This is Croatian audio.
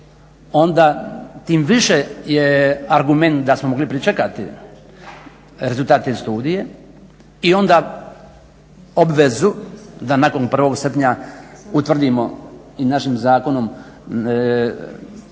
onda tim više je argument da smo mogli pričekati rezultat te studije i onda obvezu da nakon 1. srpnja utvrdimo i našim zakonom ekološku